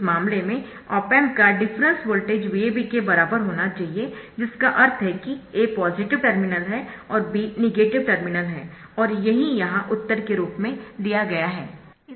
इस मामले में ऑप एम्प का डिफरेंस वोल्टेज VAB के बराबर होना चाहिए जिसका अर्थ है कि A पॉजिटिव टर्मिनल है और B नेगेटिव टर्मिनल है और यही यहाँ उत्तर के रूप में दिया गया है